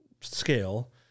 Scale